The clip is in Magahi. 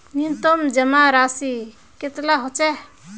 न्यूनतम जमा राशि कतेला होचे?